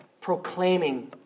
proclaiming